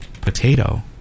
potato